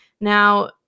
Now